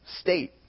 state